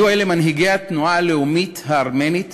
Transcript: מנהיגי התנועה הלאומית הארמנית